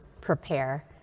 prepare